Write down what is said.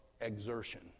exertion